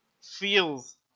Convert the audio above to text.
feels